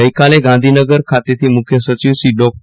ગઈકાલે ગાંધીનગર ખાતેથી મુખ્ય સચિવશ્રી ર્ડા